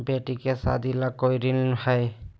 बेटी के सादी ला कोई ऋण हई?